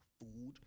food